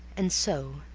and so,